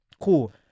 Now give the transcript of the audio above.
cool